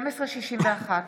1261/23,